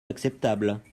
acceptables